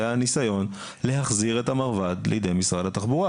שהיה ניסיון להחזיר את המרב"ד לידי משרד התחבורה